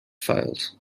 files